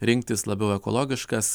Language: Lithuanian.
rinktis labiau ekologiškas